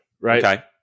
right